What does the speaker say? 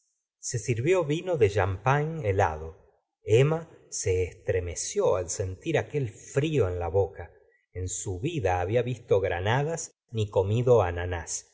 se sirvió vino de champagne helado emma se estremeció al sentir aquel frío en la boca en su vida había visto granadas ni comido ananas